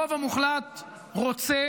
הרוב המוחלט רוצה